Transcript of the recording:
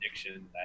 addiction